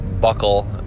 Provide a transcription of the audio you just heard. buckle